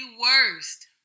worst